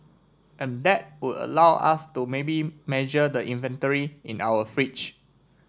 and that would allow us to maybe measure the inventory in our fridge